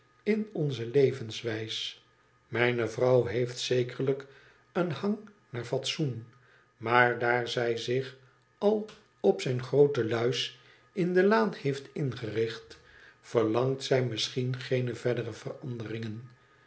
in onze levenswijs mijne vrouw heeft zekerlijk een hang naar fatsoen maar daar zij zich al op zijn groote lui's in de laan heeft ingericht verlangt zij misschien geene verdere veranderingen